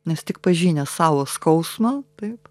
nes tik pažinę savo skausmą taip